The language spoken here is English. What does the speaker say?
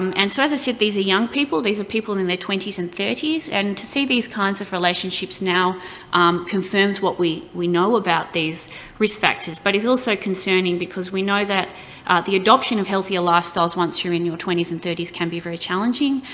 um and so, as i said, these are young people, these are people in their like twenty s and thirty s, and to see these kinds of relationships now confirms what we we know about these risk factors. but is also concerning because we know that the adoption of healthier lifestyles, once you're in your twenty s and thirty s can be very challenging,